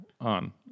on